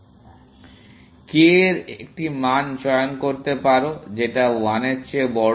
k এর একটা মান চয়ন করতে পারো যেটা 1 এর চেয়ে বড়ো